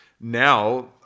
Now